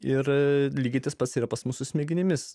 ir lygiai tas pats yra pas mus su smegenimis